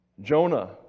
Jonah